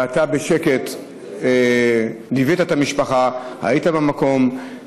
אתה בשקט ליווית את המשפחה, היית במקום.